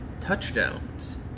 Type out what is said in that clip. Touchdowns